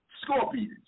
Scorpions